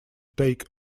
take